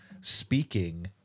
speaking